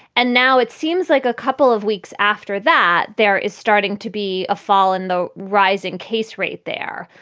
and now it seems like a couple of weeks after that, there is starting to be a fall in the rise in case rate there.